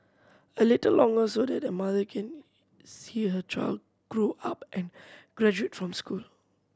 a little longer so that a mother can see her child grow up and graduate from school